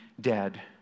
dead